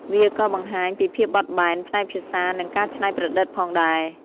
វាក៏បង្ហាញពីភាពបត់បែនផ្នែកភាសា និងការច្នៃប្រឌិតផងដែរ។